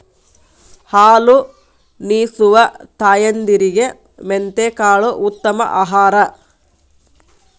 ಹಾಲುನಿಸುವ ತಾಯಂದಿರಿಗೆ ಮೆಂತೆಕಾಳು ಉತ್ತಮ ಆಹಾರ